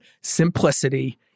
simplicity